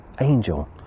angel